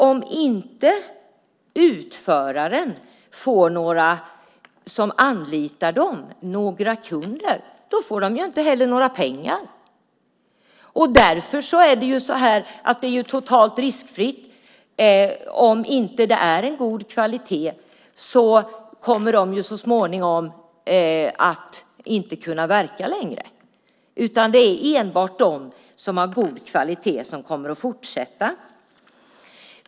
Om utförarna inte får några kunder får de ju inte heller några pengar. Därför är det totalt riskfritt. Om det inte är god kvalitet kommer de ju så småningom inte att kunna verka längre. Det är enbart de som håller god kvalitet som kommer att fortsätta.